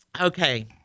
Okay